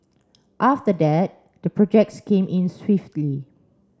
after that the projects came in swiftly